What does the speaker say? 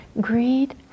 greed